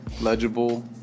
legible